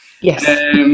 Yes